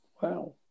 Wow